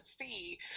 see